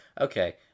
Okay